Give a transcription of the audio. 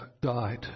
died